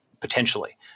potentially